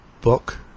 book